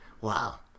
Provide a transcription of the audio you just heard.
Wow